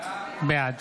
בעד